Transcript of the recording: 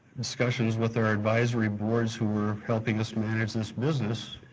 discussions with our advisory boards who were helping us manage this business,